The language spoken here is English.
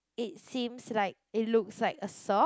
it seems like it looks like a sock